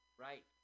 Right